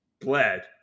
bled